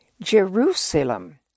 Jerusalem